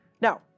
Now